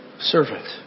servant